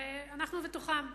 ואנחנו בתוכם.